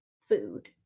food